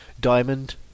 diamond